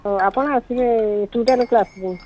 ହେଉ ଆପଣ ଆସିବେ ଟ୍ୟୁଟୋରିଆଲ୍ କ୍ଲାସ୍କୁ